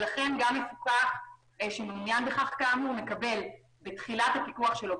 לכן מפוקח שמעוניין בכך כאמור מקבל בתחילת הפיקוח שלו,